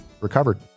recovered